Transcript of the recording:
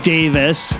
Davis